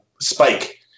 Spike